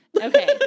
okay